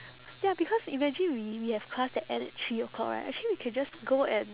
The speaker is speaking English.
ya because imagine we we have class that end at three o'clock right actually we can just go and